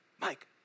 Mike